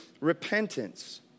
repentance